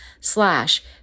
slash